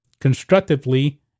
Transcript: constructively